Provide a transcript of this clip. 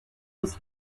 aussi